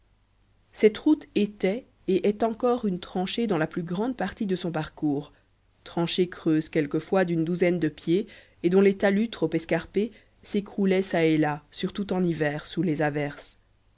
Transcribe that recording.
cette route était et est encore une tranchée dans la plus grande partie de son parcours tranchée creuse quelquefois d'une douzaine de pieds et dont les talus trop escarpés s'écroulaient çà et là surtout en hiver sous les averses